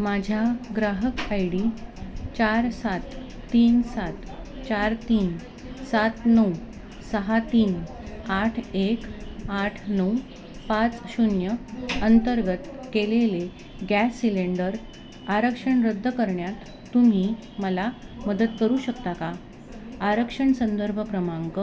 माझ्या ग्राहक I D चार सात तीन सात चार तीन सात नऊ सहा तीन आठ एक आठ नऊ पाच शून्य अंतर्गत केलेले गॅस सिलेंडर आरक्षण रद्द करण्यात तुम्ही मला मदत करू शकता का आरक्षण संदर्भ क्रमांक